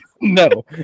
no